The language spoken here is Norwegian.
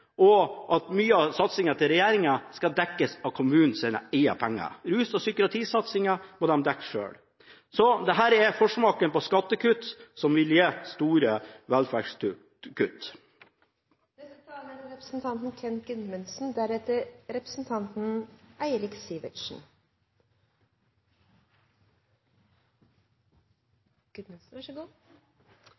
og at mye av regjeringens satsing skal dekkes av kommunens egne penger. Rus og psykiatrisatsingen må kommunene dekke selv. Dette er forsmaken på skattekutt som vil gi store velferdskutt. Når jeg hører representanten